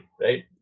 right